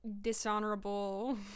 dishonorable